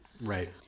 Right